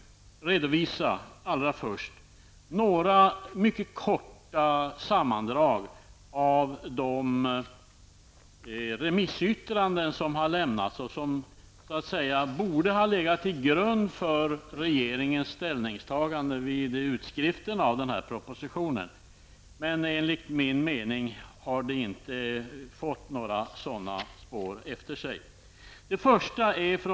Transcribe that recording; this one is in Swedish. Jag vill allra först redovisa några mycket korta sammandrag av de remissyttranden som har lämnats och som borde ha legat till grund för regeringens ställningstagande vid utformningen av denna proposition, men enligt min mening har inte remissyttrandena satt några sådana spår efter sig.